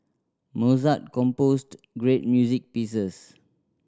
Mozart composed great music pieces